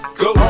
go